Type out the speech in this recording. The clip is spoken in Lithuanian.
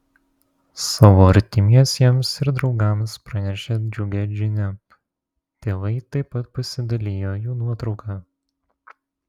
savo artimiesiems ir draugams pranešę džiugią žinią tėvai taip pat pasidalijo jų nuotrauka